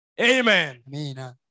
Amen